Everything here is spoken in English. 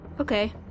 Okay